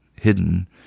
hidden